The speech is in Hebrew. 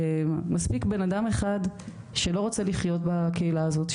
מספיק בן אדם אחד שלא רוצה לחיות בקהילה הזאת,